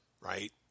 Right